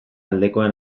aldekoa